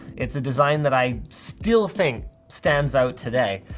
it's a design that i still think stands out today.